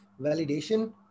validation